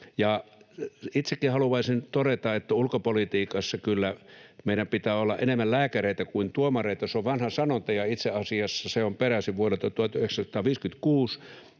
Itsekin haluaisin todeta, että kyllä ulkopolitiikassa meidän pitää olla enemmän lääkäreitä kuin tuomareita — se on vanha sanonta, ja itse asiassa se on peräisin vuodelta 1956